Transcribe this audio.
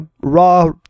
raw